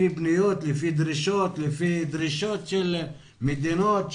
לפי פניות, לפי דרישות, לפי דרישות של מדינות,